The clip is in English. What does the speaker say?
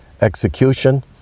execution